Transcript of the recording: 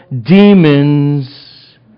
demons